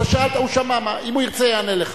אם הוא ירצה הוא יענה לך.